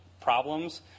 problems